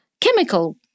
chemical